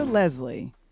Leslie